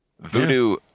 voodoo